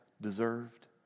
deserved